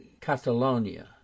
catalonia